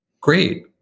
great